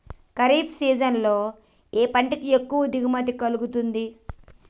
Kharif season లో ఏ పంట కి ఎక్కువ దిగుమతి కలుగుతుంది?